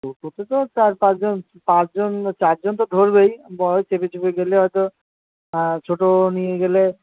টোটোতে তো চার পাঁচজন পাঁচজন চারজন তো ধরবেই বড়ো চেপে চুপে গেলে হয়তো ছোটো নিয়ে গেলে